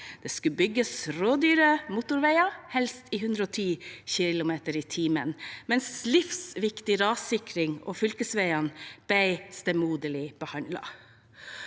Det skulle bygges rådyre motorveier, helst i 110 km/t, mens livsviktig rassikring og fylkesveiene ble stemoderlig behandlet.